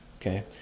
okay